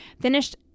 finished